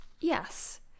Yes